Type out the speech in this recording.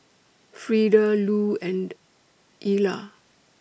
Frieda Lou and Ilah